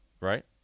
right